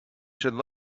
should